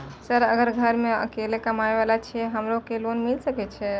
Sir अगर घर में अकेला कमबे वाला छे हमरो के लोन मिल सके छे?